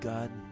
God